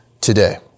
today